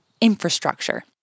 infrastructure